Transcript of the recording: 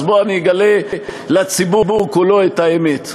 אז בוא אני אגלה לציבור כולו את האמת.